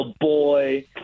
boy